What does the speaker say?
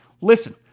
listen